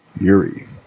Yuri